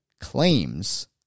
claims